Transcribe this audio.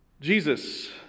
Jesus